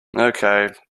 okay